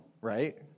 right